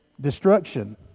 destruction